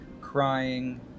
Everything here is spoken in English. crying